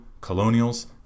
colonials